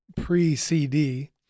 pre-cd